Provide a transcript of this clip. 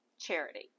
charity